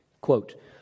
Quote